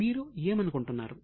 మీరు ఏమనుకుంటున్నారు